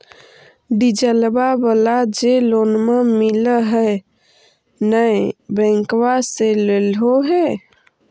डिजलवा वाला जे लोनवा मिल है नै बैंकवा से लेलहो हे?